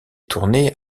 tourné